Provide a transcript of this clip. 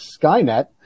Skynet